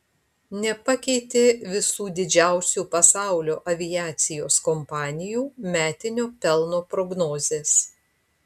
nepakeitė visų didžiausių pasaulio aviacijos kompanijų metinio pelno prognozės